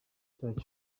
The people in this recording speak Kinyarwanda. icyaha